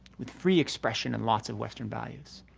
with free expression and lots of western values.